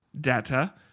data